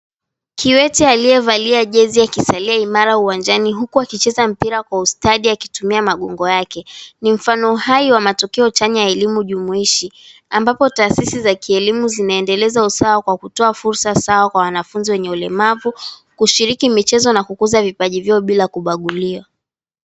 Kiwete aliyevalia jezi akisalia imara uwanjani huku akicheza mpira kwa ustadi akitumia magongo yake, ni mfano uhai wa matukio chanya ya elimu jumuishi. Ambapo taasisi za kielimu zinaendeleza usawa kwa kutoa fursa sawa kwa wanafunzi wenye ulemavu kushiriki michezo na kukuza vipaji vyao bila kubaguliwa.